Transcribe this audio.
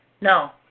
No